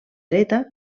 dreta